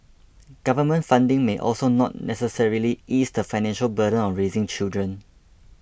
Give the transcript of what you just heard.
government funding may also not necessarily ease the financial burden of raising children